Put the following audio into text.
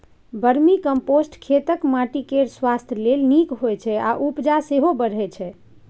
vermicompost खेतक माटि केर स्वास्थ्य लेल नीक होइ छै आ उपजा सेहो बढ़य छै